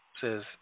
says